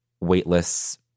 weightless